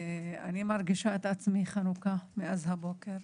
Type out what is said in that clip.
אני מרגישה חנוקה מהבוקר,